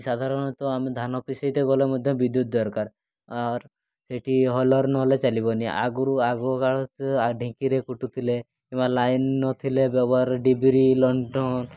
ସାଧାରଣତଃ ଆମେ ଧାନ ପିସେଇତେ ଗଲେ ମଧ୍ୟ ବିଦ୍ୟୁତ୍ ଦରକାର ଆର୍ ଏଠି ହୋଲ୍ଡର୍ ନହେଲେ ଚାଲିବନି ଆଗରୁ ଆଗ କାଳ ଢିଙ୍କିରେ କୁଟୁଥିଲେ କିମ୍ବା ଲାଇନ୍ ନଥିଲେ ବ୍ୟବହାର ଡିବିରି ଲଣ୍ଠନ୍